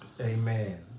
Amen